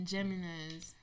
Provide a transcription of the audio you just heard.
Gemini's